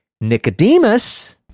Nicodemus